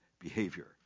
behavior